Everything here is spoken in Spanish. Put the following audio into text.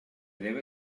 debe